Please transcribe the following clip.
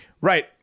Right